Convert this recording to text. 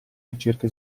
ricerca